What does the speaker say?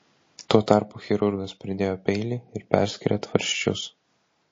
tuo tarpu chirurgas pridėjo peilį ir perskyrė tvarsčius